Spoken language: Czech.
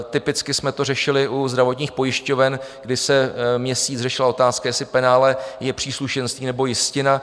Typicky jsme to řešili u zdravotních pojišťoven, kdy se měsíc řešila otázka, jestli penále je příslušenství nebo jistina.